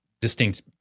distinct